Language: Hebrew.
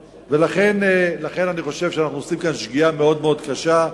לכן אני חושב שאנחנו עושים כאן שגיאה מאוד קשה,